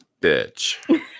bitch